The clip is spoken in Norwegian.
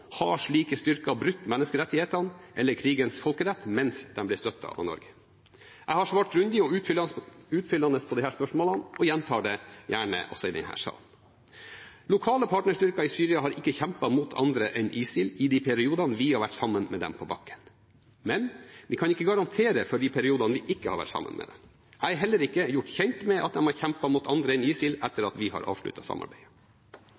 Har slike styrker brutt menneskerettighetene eller krigens folkerett mens de ble støttet av Norge? Jeg har svart grundig og utfyllende på disse spørsmålene, og gjentar det gjerne også i denne salen: Lokale partnerstyrker i Syria har ikke kjempet mot andre enn ISIL i de periodene vi har vært sammen med dem på bakken, men vi kan ikke garantere for de periodene vi ikke har vært sammen med dem. Jeg er heller ikke gjort kjent med at de har kjempet mot andre enn ISIL etter at vi avsluttet samarbeidet.